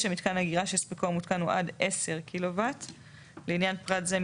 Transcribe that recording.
9. מיתקן אגירה שהספקו המותקן הוא עד 10 קילו-וואט ; לעניין פרט זה,